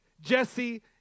Jesse